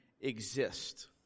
exist